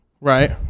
right